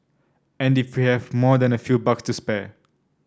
and if we have more than a few bucks to spare